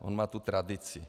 On má tu tradici.